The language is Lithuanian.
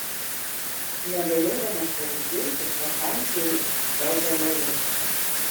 negalėdamas patikėti paklausė hazaelis